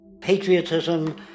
Patriotism